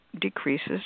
decreases